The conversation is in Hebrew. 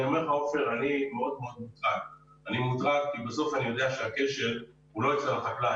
אני אומר לך שאני מוטרד כי בסוף אני יודע שהכשל הוא לא אצל החקלאי.